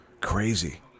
Crazy